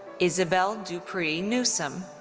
isabel dupre newsome.